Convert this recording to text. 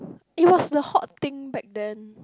it was the hot thing back then